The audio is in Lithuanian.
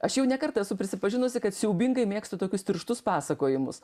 aš jau ne kartą esu prisipažinusi kad siaubingai mėgstu tokius tirštus pasakojimus